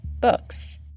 books